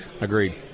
Agreed